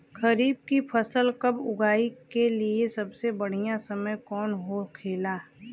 खरीफ की फसल कब उगाई के लिए सबसे बढ़ियां समय कौन हो खेला?